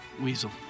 Weasel